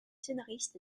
scénariste